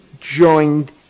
joined